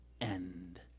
end